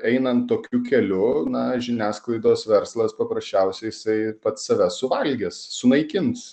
einant tokiu keliu na žiniasklaidos verslas paprasčiausiai jisai pats save suvalgis sunaikins